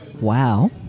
Wow